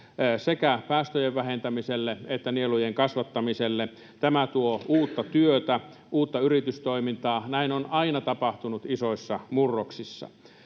sekä päästöjen vähentämiselle että nielujen kasvattamiselle. Tämä tuo uutta työtä, uutta yritystoimintaa. Näin on aina tapahtunut isoissa murroksissa.